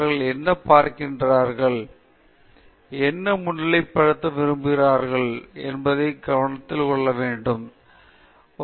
எனவே உங்கள் வழங்கள் யைப் பார்க்கும் நிதி நிறுவனம் என்றால் நீங்கள் தனித்துவமானவற்றை முன்னிலைப்படுத்த வேண்டும் நீங்கள் படிப்பதற்கான புதிய அம்சம் நீங்கள் முன்னிலைப்படுத்த வேண்டியது இதுதான்